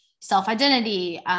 self-identity